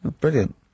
Brilliant